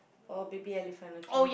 oh baby elephant okay